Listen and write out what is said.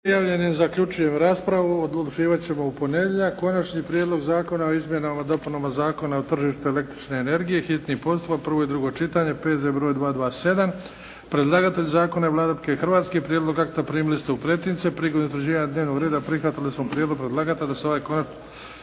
**Bebić, Luka (HDZ)** - Konačni prijedlog zakona o izmjenama i dopunama Zakona o tržištu električne energije, hitni je postupak, prvo i drugo čitanje, P.Z.E. broj 227 Predlagatelj zakona je Vlada Republike Hrvatske. Prijedlog akta primili ste u pretince prilikom utvrđivanja dnevnog reda, prihvatili smo prijedlog predlagatelja